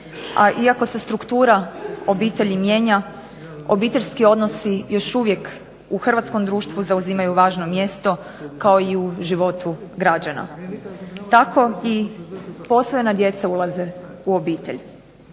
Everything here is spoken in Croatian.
iako se struktura obitelji mijenja, obiteljski odnosi još uvijek u hrvatskom društvu zauzimaju važno mjesto kao i u životu građana. Tako i posvojena djeca ulaze u obitelj.